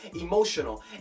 emotional